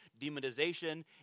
demonization